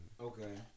Okay